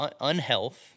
Unhealth